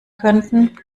könnten